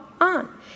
on